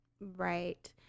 right